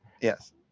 yes